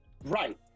right